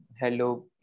hello